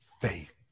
faith